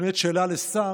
כשמופנית שאלה לשר,